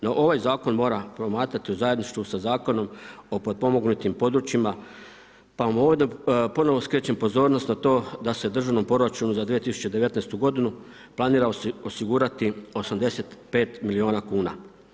No, ovaj zakon mora promatrati u zajedništvu sa zakonom o potpomognutim područjima pa ponovo skrećem pozornost na to da se u Državnom proračunu za 2019. godinu planira osigurati 85 milijuna kuna.